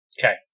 Okay